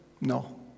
No